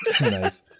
nice